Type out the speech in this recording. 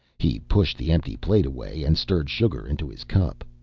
he pushed the empty plate away and stirred sugar into his cup.